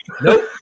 Nope